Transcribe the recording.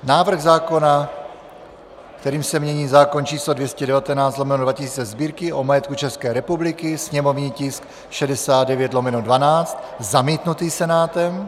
návrh zákona, kterým se mění zákon č. 219/2000 Sb., o majetku České republiky, sněmovní tisk 69/12 zamítnutý Senátem;